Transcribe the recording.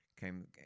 came